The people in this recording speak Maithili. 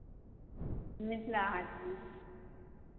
मिथिला हाटमे